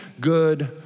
good